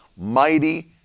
mighty